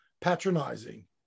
patronizing